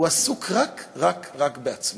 הוא עסוק רק רק רק בעצמו.